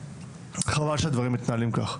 חבל שהדברים מתנהלים כך.